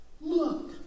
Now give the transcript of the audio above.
Look